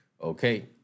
Okay